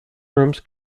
rooms